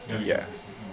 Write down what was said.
Yes